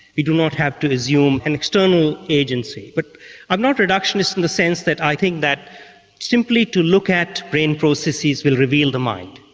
we do not have to assume an external agency but i'm not reductionist in the sense that i think that simply to look at brain processes will reveal the mind.